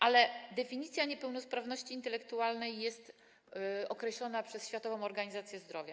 Ale definicja niepełnosprawności intelektualnej jest określona przez Światową Organizację Zdrowia.